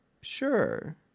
Sure